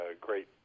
great